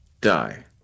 die